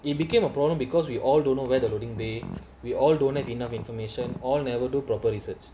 it became a problem because we all don't know where the loading bay we all don't have enough information all never do proper research